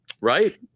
Right